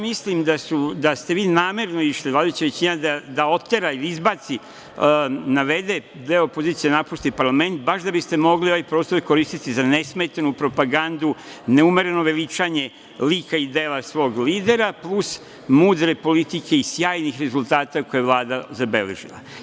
Mislim da ste vi namerno išli, vladajuća većina da otera, da izbaci, navede deo opozicije da napusti parlament baš da biste mogli ovaj prostor koristiti za nesmetanu propagandu, neumereno veličanje lika i dela svog lidera, plus mudre politike i sjajnih rezultata koje je Vlada zabeležila.